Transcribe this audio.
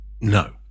No